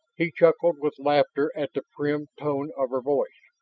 he chuckled with laughter at the prim tone of her voice.